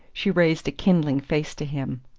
she raised a kindling face to him.